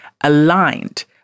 aligned